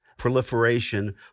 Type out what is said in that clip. proliferation